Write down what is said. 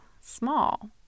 small